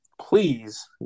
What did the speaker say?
Please